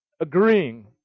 agreeing